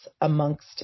amongst